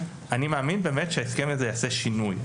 אני מאמין באמת שההסכם הזה יעשה שינוי.